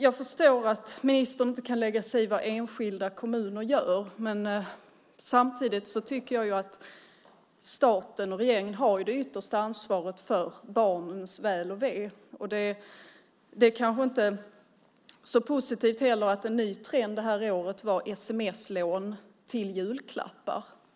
Jag förstår att ministern inte kan lägga sig i vad enskilda kommuner gör, men samtidigt tycker jag att staten och regeringen har det yttersta ansvaret för barnens väl och ve. Det är kanske inte heller så positivt att en ny trend det här året var sms-lån till julklappar.